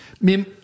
Mim